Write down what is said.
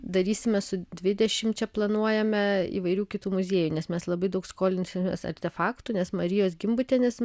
darysime su dvidešimčia planuojame įvairių kitų muziejų nes mes labai daug skolinsimės artefaktų nes marijos gimbutienės